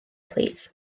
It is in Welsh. plîs